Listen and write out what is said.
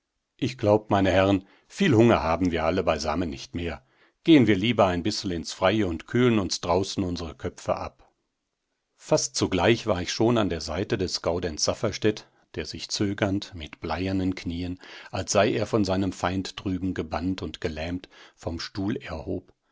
ich glaub meine herren viel hunger haben wir alle beisammen nicht mehr gehen wir lieber ein bissel ins freie und kühlen uns draußen unsere köpfe ab fast zugleich war ich schon an der seite des gaudenz safferstätt der sich zögernd mit bleiernen knien als sei er von seinem feind drüben gebannt und gelähmt vom stuhl erhob